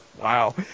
Wow